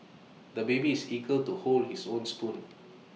the baby is eager to hold his own spoon